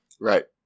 Right